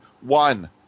One